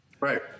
right